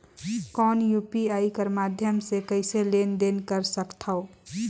कौन यू.पी.आई कर माध्यम से कइसे लेन देन कर सकथव?